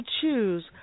choose